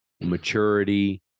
maturity